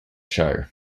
show